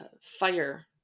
fire